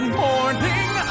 morning